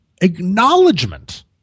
acknowledgement